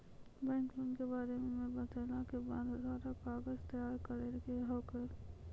Bank loan के बारे मे बतेला के बाद सारा कागज तैयार करे के कहब?